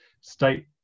state